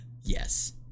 Yes